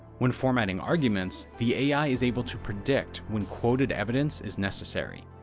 when formatting arguments, the ai is able to predict when quoted evidence is necessary.